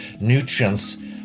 nutrients